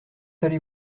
allez